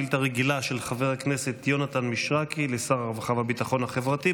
שאילתה רגילה של חבר הכנסת יונתן מישרקי לשר הרווחה והביטחון החברתי,